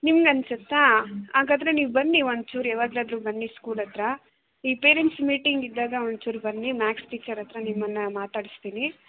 ನಿಮಗನ್ಸತ್ತಾ ಹಾಗಾದ್ರೆ ನೀವು ಬನ್ನಿ ಒಂಚೂರು ಯಾವಾಗ್ಲಾದರೂ ಬನ್ನಿ ಸ್ಕೂಲ್ ಹತ್ರ ಈ ಪೇರೆಂಟ್ಸ್ ಮೀಟಿಂಗ್ ಇದ್ದಾಗ ಒಂಚೂರು ಬನ್ನಿ ಮ್ಯಾಥ್ಸ್ ಟೀಚರ್ ಹತ್ರ ನಿಮ್ಮನ್ನು ಮಾತಾಡಿಸ್ತೀನಿ